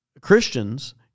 Christians